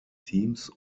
teams